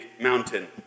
mountain